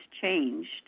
changed